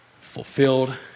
fulfilled